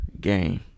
game